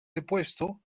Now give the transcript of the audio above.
depuesto